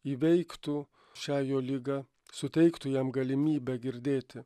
įveiktų šią jo ligą suteiktų jam galimybę girdėti